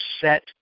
set